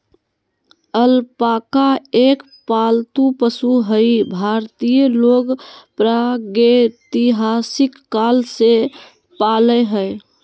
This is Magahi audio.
अलपाका एक पालतू पशु हई भारतीय लोग प्रागेतिहासिक काल से पालय हई